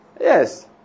Yes